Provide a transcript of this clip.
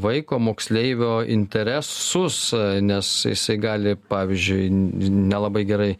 vaiko moksleivio interesus nes jisai gali pavyzdžiui nelabai gerai